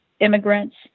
immigrants